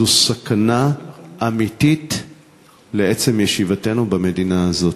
זו סכנה אמיתית לעצם ישיבתנו במדינה הזאת.